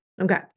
Okay